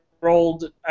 rolled